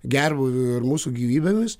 gerbūviu ir mūsų gyvybėmis